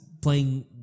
playing